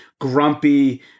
Grumpy